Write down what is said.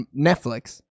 Netflix